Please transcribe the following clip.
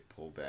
pullback